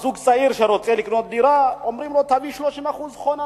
זוג צעיר שרוצה לקנות דירה אומרים לו: תביא 30% הון עצמי.